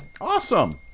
Awesome